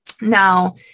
Now